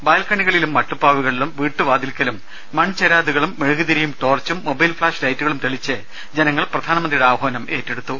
ബാൽക്കണികളിലും മട്ടുപ്പാവുകളിലും വീട്ടുവാതിൽക്കലും മൺചെരാതുകളും മെഴുകുതിരിയും ടോർച്ചും മൊബൈൽ ഫ്ളാഷ് ലൈറ്റുകളും തെളിയിച്ച് ജനങ്ങൾ പ്രധാനമന്ത്രിയുടെ ആഹ്വാനം ഏറ്റെടുത്തു